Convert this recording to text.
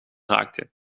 raakte